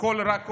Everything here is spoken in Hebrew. והכול רק עולה.